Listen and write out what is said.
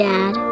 Dad